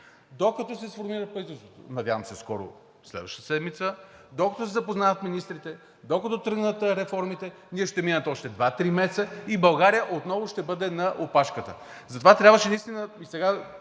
Докато се сформира правителство – надявам се да е скоро през следващата седмица, докато се запознаят министрите, докато тръгнат реформите ще минат още два-три месеца и България отново ще бъде на опашката. Затова трябваше наистина